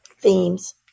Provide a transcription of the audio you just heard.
themes